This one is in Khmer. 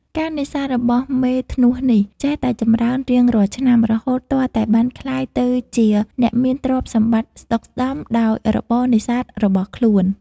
ការនេសាទ របស់មេធ្នស់នេះ ចេះតែចម្រើនរៀងរាល់ឆ្នាំ រហូតទាល់តែបានក្លាយទៅជាអ្នកមានទ្រព្យសម្បត្តិស្តុកស្តម្ភ ដោយរបរនេសាទរបស់ខ្លួន។